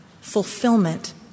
fulfillment